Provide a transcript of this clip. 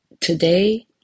today